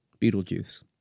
Beetlejuice